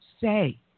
say